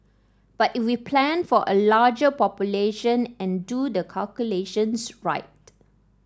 but if we plan for a larger population and do the calculations right